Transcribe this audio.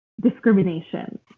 discrimination